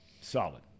Solid